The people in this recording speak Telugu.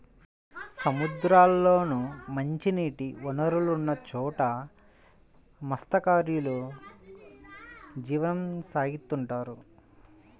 సముద్రాల్లోనూ, మంచినీటి వనరులున్న చోట మత్స్యకారులు జీవనం సాగిత్తుంటారు